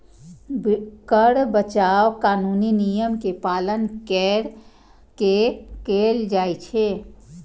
कर बचाव कानूनी नियम के पालन कैर के कैल जाइ छै